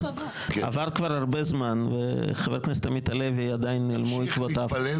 עבר כבר הרבה זמן וחבר הכנסת עמית הלוי עדיין נעלמו עקבותיו.